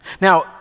Now